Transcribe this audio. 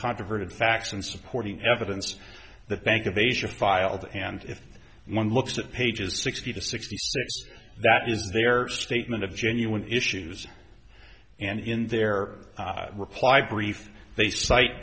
uncontroverted facts and supporting evidence the bank of asia filed and if one looks at pages sixty to sixty six that is their statement of genuine issues and in their reply brief they